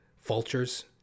vultures